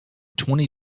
twenty